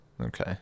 Okay